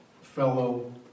fellow